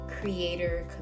creator